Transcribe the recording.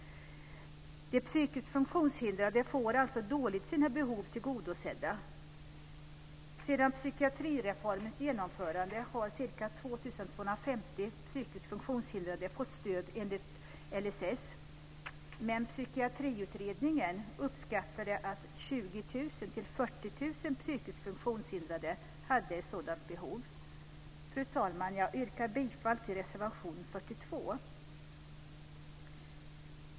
De psykiskt funktionshindrade får alltså sina behov tillgodosedda på ett dåligt sätt. Sedan psykiatrireformens genomförande har ca 2 250 psykiskt funktionshindrade fått stöd enligt LSS. Men Psykiatriutredningen uppskattade att 20 000-40 000 psykiskt funktionshindrade hade sådant behov. Fru talman! Jag yrkar bifall till reservation 42.